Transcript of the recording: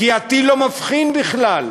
כי הטיל לא מבחין בכלל.